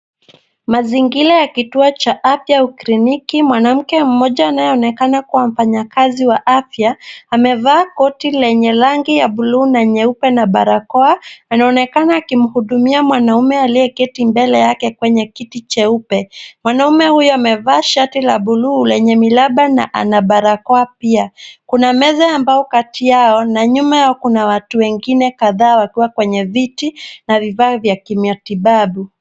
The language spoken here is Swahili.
Mazingira ya kituo cha afya ukliniki. Mwanamke mmoja anayeonekana kuwa mfanyakazi wa afya, amevaa korti lenye rangi ya buluu na nyeupe na barakoa, anaonekana akimhudumia mwanaume aliyeketi mbele yake kwenye kiti cheupe. Mwanamume huyo amevaa shati la buluu lenye miraba na ana barakoa pia. Kuna meza ya mbao kati yao na nyuma yao kuna watu wengine kadhaa wakiwa kwenye viti na vifaa vya kimatibabu.